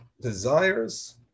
desires